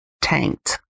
tanked